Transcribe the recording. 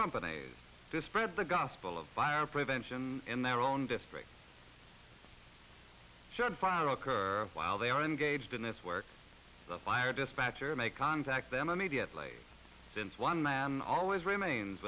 company to spread the gospel of fire prevention in their own district should fire occur while they are engaged in this where the fire dispatcher may contact them immediately since one man always remains